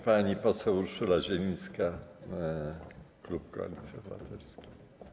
Pani poseł Urszula Zielińska, klub Koalicji Obywatelskiej.